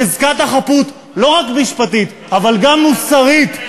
חזקת החפות, לא רק משפטית, אבל גם מוסרית.